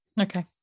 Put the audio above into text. Okay